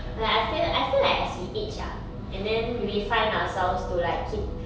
like I feel I feel like as we age ah and then we find ourselves to like keep